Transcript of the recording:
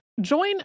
Join